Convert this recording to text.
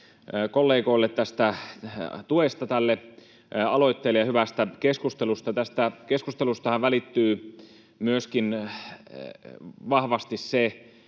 kollegoille tuesta tälle aloitteelle ja hyvästä keskustelusta. — Tästä keskustelustahan välittyy myöskin vahvasti se